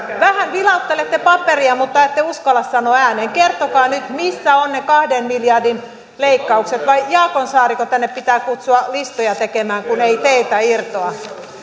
vähän vilauttelette paperia mutta ette uskalla sanoa ääneen kertokaa nyt missä ovat ne kahden miljardin leikkaukset vai jaakonsaariko tänne pitää kutsua listoja tekemään kun ei teiltä irtoa